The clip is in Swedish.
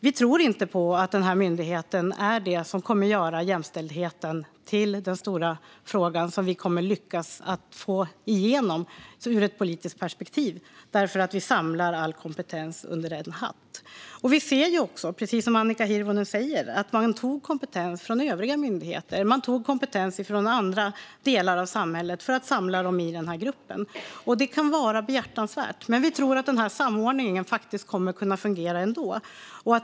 Vi tror inte på att denna myndighet är det som kommer att göra jämställdheten till den stora fråga som vi kommer att lyckas få igenom ur ett politiskt perspektiv därför att vi samlar all kompetens under en hatt. Vi ser också, precis som Annika Hirvonen sa, att man tog kompetens från övriga myndigheter. Man tog kompetens från andra delar av samhället för att samla den i denna grupp. Det kan vara behjärtansvärt, men vi tror att denna samordning kommer att kunna fungera ändå.